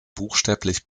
buchstäblich